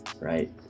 right